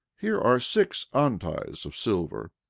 here are six onties of silver,